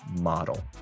model